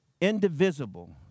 indivisible